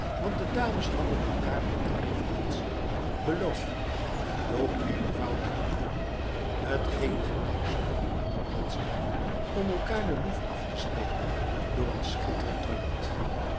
want de dames hadden elkaar op de repetitiën beloofd om doodeenvoudig te komen tgeen gelijkstond met een wedstrijd om elkaar de loef af te steken door een schitterend toilet